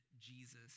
Jesus